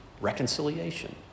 reconciliation